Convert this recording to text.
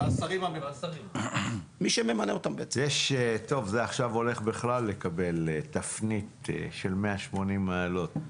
טוב זה בכלל הולך לקבל תפנית של 180 מעלות.